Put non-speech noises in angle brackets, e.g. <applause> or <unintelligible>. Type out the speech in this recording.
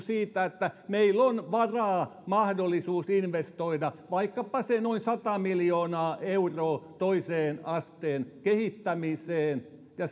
<unintelligible> siitä että meillä on varaa mahdollisuus investoida vaikkapa se noin sata miljoonaa euroa toisen asteen kehittämiseen ja <unintelligible>